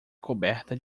coberta